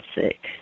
sick